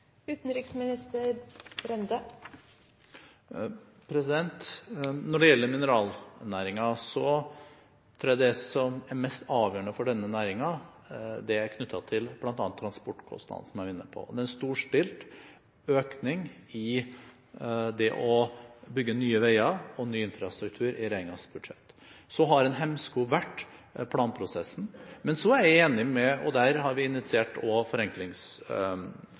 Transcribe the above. satser på mineralnæringen? Når det gjelder mineralnæringen, tror jeg det som er mest avgjørende for denne næringen, er knyttet til bl.a. transportkostnadene, som jeg var inne på. Det er en storstilt økning i det å bygge nye veier og ny infrastruktur i regjeringens budsjett. Så har en hemsko vært planprosessen, og der har vi